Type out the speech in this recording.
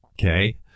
okay